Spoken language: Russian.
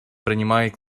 принимает